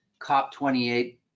COP28